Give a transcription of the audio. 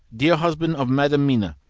dear husband of madam mina.